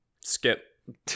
Skip